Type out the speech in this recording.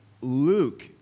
Luke